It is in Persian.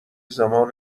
زمان